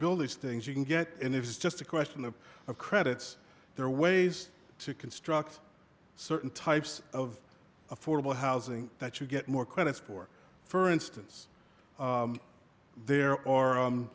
build these things you can get in if it's just a question of a credits there are ways to construct certain types of affordable housing that you get more credits for for instance there